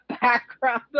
background